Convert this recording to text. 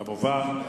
כמובן,